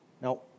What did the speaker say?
Now